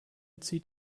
zieht